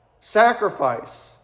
sacrifice